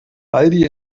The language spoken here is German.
aldi